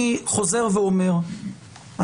אני חוזר ואומר,